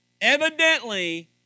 Evidently